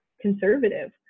conservative